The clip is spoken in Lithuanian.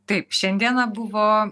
taip šiandieną buvo